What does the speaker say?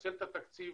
תנצל את התקציב